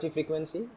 Frequency